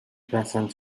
present